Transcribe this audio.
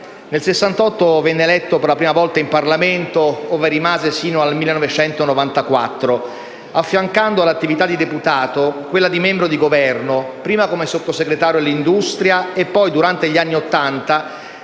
Nel 1968 venne eletto per la prima volta in Parlamento, ove rimase sino al 1994, affiancando all'attività di deputato quella di membro del Governo, prima come Sottosegretario all'industria e al commercio e poi, durante gli anni Ottanta,